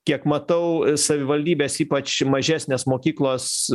kiek matau savivaldybės ypač mažesnės mokyklos